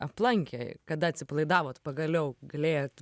aplankė kada atsipalaidavot pagaliau galėjot